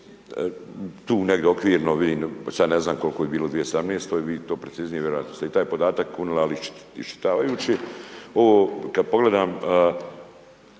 Tu negdje okvirno, vidim, sad ne znam koliko je bilo u 2017., vi to preciznije, vjerojatno ste i taj podatak unijeli ali iščitavajući ovo kad pogledam